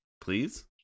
Please